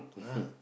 !huh!